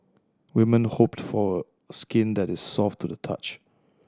women hope for skin that is soft to the touch